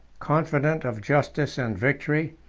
confident of justice and victory,